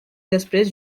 després